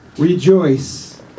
Rejoice